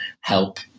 help